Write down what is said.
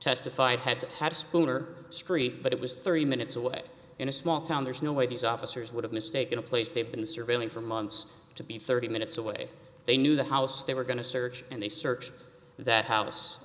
testified had had a schooner street but it was thirty minutes away in a small town there's no way these officers would have mistaken a place they've been surveilling for months to be thirty minutes away they knew the house they were going to search and they searched that house